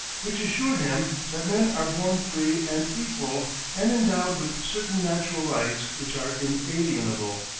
which assured him that men are born free and equal and endowed with certain natural rights which are inalienable.